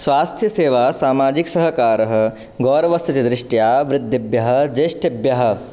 स्वास्थ्यसेवा सामाजिकसहकारः गौरवस्य च दृष्ट्या वृद्धेभ्यः ज्येष्ठेभ्यः